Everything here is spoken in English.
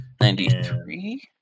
ninety-three